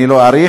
אני לא אאריך,